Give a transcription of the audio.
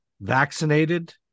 vaccinated